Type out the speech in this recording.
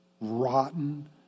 Rotten